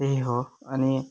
त्यही हो अनि